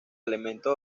elementos